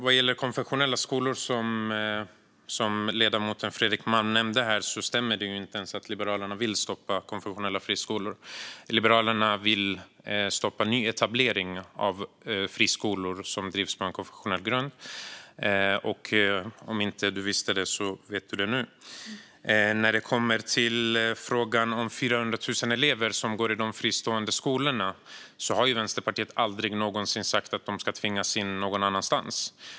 Vad gäller konfessionella skolor, som ledamoten Fredrik Malm nämnde, stämmer det inte ens att Liberalerna vill stoppa dessa friskolor. Liberalerna vill stoppa nyetablering av friskolor som drivs på konfessionell grund. Om du inte visste det, Fredrik Malm, så vet du det nu. När det kommer till frågan om de 400 000 elever som går i de fristående skolorna har Vänsterpartiet aldrig någonsin sagt att de ska tvingas in någon annanstans.